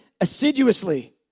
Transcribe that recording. assiduously